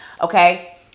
okay